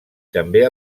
també